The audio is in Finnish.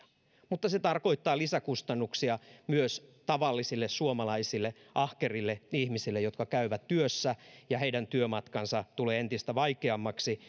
mutta se tarkoittaa lisäkustannuksia myös tavallisille suomalaisille ahkerille ihmisille jotka käyvät työssä heidän työmatkansa tulee entistä vaikeammaksi